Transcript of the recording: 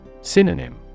Synonym